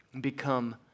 Become